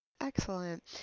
Excellent